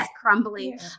crumbling